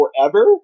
forever